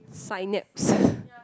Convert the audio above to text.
synapse